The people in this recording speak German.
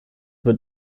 über